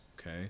okay